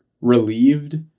relieved